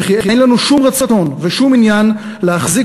וכי אין לנו שום רצון ושום עניין להחזיק